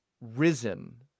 risen